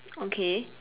okay